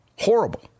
Horrible